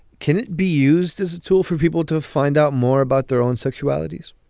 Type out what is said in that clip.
can it be used as a tool for people to find out more about their own sexualities?